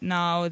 now